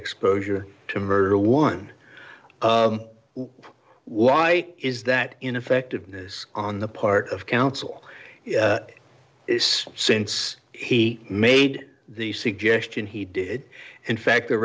exposure to murder one why is that ineffectiveness on the part of counsel since he made the suggestion he did in fact the